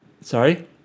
Sorry